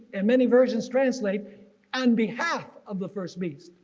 and many versions translate and behalf of the first beast.